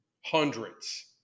Hundreds